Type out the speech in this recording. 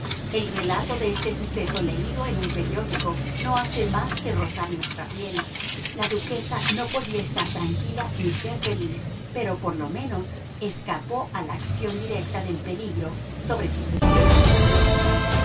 el relato de este suceso leído en un periódico no hace más que rozar nuestra piel la duquesa no podía estar tranquila ni ser feliz pero por lo menos escapó a la acción directa del peligro sobre su sistema nervioso